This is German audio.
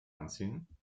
anziehen